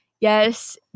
Yes